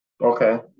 Okay